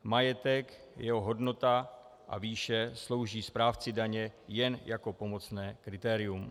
Majetek, jeho hodnota a výše slouží správci daně jen jako pomocné kritérium.